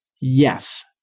yes